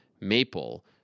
Maple